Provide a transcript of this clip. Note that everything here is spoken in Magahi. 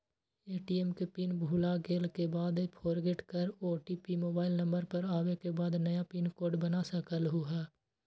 ए.टी.एम के पिन भुलागेल के बाद फोरगेट कर ओ.टी.पी मोबाइल नंबर पर आवे के बाद नया पिन कोड बना सकलहु ह?